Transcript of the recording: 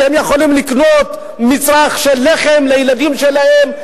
שהם יכולים לקנות אתם מצרך של לחם לילדים שלהם,